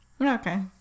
okay